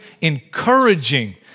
encouraging